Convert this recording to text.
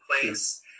place